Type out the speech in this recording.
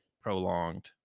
prolonged